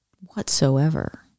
whatsoever